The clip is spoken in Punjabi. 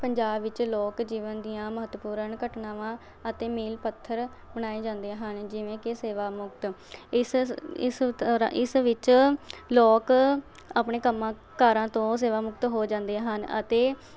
ਪੰਜਾਬ ਵਿੱਚ ਲੋਕ ਜੀਵਨ ਦੀਆਂ ਮਹੱਤਵਪੂਰਨ ਘਟਨਾਵਾਂ ਅਤੇ ਮੀਲ ਪੱਥਰ ਬਣਾਏ ਜਾਂਦੇ ਹਨ ਜਿਵੇਂ ਕਿ ਸੇਵਾ ਮੁਕਤ ਇਸ ਸ ਇਸ ਤਰ੍ਹਾਂ ਇਸ ਵਿੱਚ ਲੋਕ ਆਪਣੇ ਕੰਮਾਂ ਕਾਰਾਂ ਤੋਂ ਸੇਵਾ ਮੁਕਤ ਹੋ ਜਾਂਦੇ ਹਨ ਅਤੇ